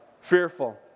fearful